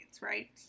right